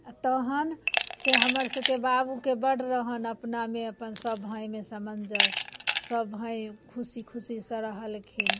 आ तहन से हमर सबके बाबूके बड रहन अपनामे अपन सब भायमे समंजस्य सब भाय खुशी खुशीसँ रहलखिन